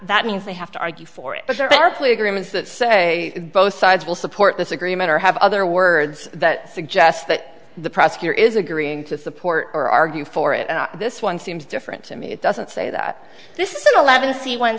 that means they have to argue for it but there are plea agreements that say both sides will support this agreement or have other words that suggest that the prosecutor is agreeing to support or argue for it this one seems different to me it doesn't say that this is an eleven